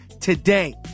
today